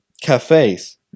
cafes